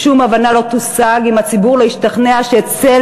שום הבנה לא תושג אם הציבור לא ישתכנע שאצל